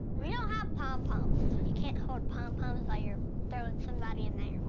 we don't have pom-poms you can't hold pom-poms while you're throwing somebody in the air.